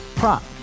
Prop